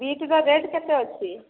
ବିଟର rate କେତେ ଅଛି